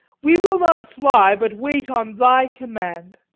we will not fly, but wait on thy command.